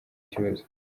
ikibazo